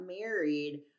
married